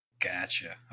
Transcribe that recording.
gotcha